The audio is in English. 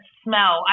smell